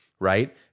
Right